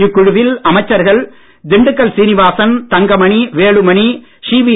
இக்குழுவில் அமைச்சர்கள் திண்டுக்கல் சீனிவாசன் தங்கமணி வேலுமணி சிபி